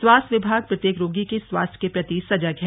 स्वास्थ्य विभाग प्रत्येक रोगी के स्वास्थ्य के प्रति सजग है